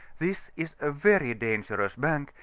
this is a very dangerous bank,